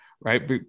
right